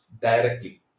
directly